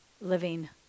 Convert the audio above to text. living